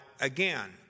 again